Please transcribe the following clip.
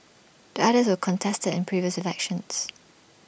the others were contested in previous elections